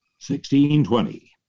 1620